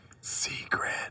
Secret